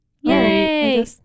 Yay